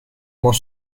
more